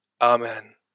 Amen